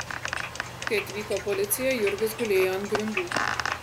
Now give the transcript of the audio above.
kai atvyko policija jurgis gulėjo ant grindų